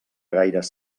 gaires